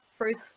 first